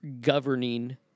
governing